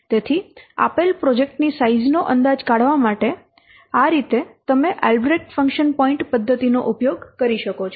તેથી આપેલ પ્રોજેક્ટની સાઈઝ નો અંદાજ કાઢવા માટે આ રીતે તમે આલ્બ્રેક્ટ ફંક્શન પોઇન્ટ પદ્ધતિ નો ઉપયોગ કરી શકો છો